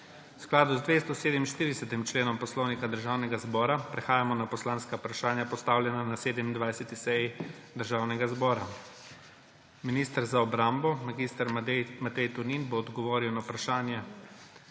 V skladu z 274. členom Poslovnika Državnega zbora prehajamo na poslanska vprašanja, postavljena na 27. seji Državnega zbora. Minister za obrambo mag. Matej Tonin bo odgovoril na vprašanje